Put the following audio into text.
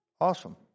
awesome